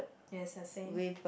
yes is the same